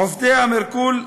עובדי המרכול,